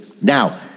now